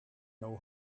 know